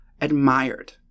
admired